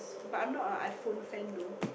but I'm not a iPhone fan though